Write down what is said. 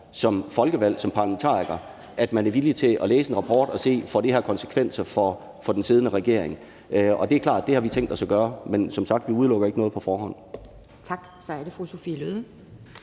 som folkevalgt, som parlamentariker, er villig til at læse en rapport og se, om det får konsekvenser for den siddende regering. Og det er klart, at det har vi tænkt os at gøre. Men som sagt udelukker vi ikke noget på forhånd. Kl. 11:18 Anden næstformand